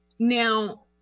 Now